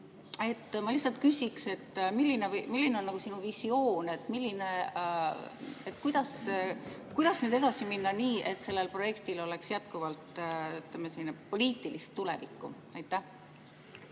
Ma küsin: milline on sinu visioon, kuidas nüüd edasi minna nii, et sellel projektil oleks jätkuvalt poliitilist tulevikku? Aitäh,